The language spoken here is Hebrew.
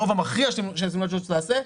ברוב המכריע של הסימולציות שתעשה,